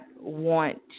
want